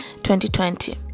2020